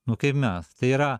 nu kaip mes tai yra